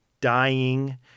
dying